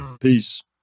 Peace